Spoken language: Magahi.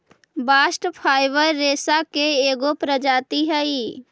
बास्ट फाइवर रेसा के एगो प्रजाति हई